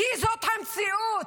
כי זאת המציאות.